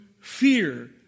fear